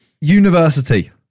University